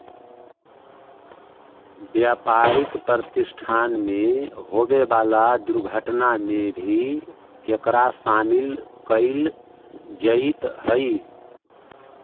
व्यापारिक प्रतिष्ठान में होवे वाला दुर्घटना में भी एकरा शामिल कईल जईत हई